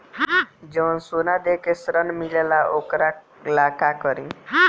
जवन सोना दे के ऋण मिलेला वोकरा ला का करी?